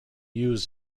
used